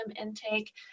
intake